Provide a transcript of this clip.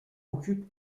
occupe